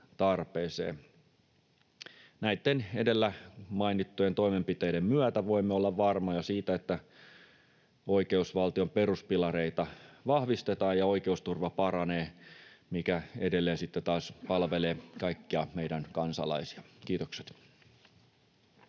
Näitten edellä mainittujen toimenpiteiden myötä voimme olla varmoja siitä, että oikeusvaltion peruspilareita vahvistetaan ja oikeusturva paranee, mikä edelleen sitten taas palvelee kaikkia meidän kansalaisiamme. — Kiitokset.